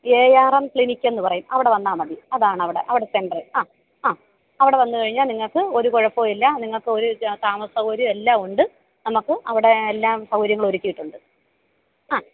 ഏ R M clinic എന്നു പറയും അവിടെ വന്നാൽ മതി അതാണ് അവിടെ അവിടെ സെൻ്ററ് അ അ അവിടെ വന്നു കഴിഞ്ഞാൽ നിങ്ങൾക്ക് ഒരു കുഴപ്പവുമില്ല നിങ്ങൾക്ക് ഒരു താമസ സൗകര്യം എല്ലാം ഉണ്ട് നമുക്ക് അവിടെ എല്ലാം സൗകര്യങ്ങളും ഒരുക്കിയിട്ടുണ്ട് അ